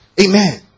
Amen